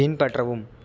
பின்பற்றவும்